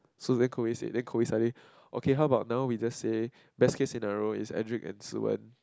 so then Cody said then Cody suddenly okay how about now we just say best case scenario is Endrik and Si-wen